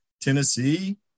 Tennessee